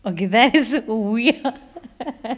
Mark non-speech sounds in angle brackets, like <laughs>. okay that's weird <laughs>